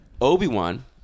Obi-Wan